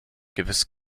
gewiss